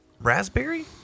raspberry